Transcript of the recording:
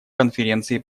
конференции